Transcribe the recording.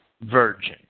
virgin